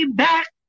back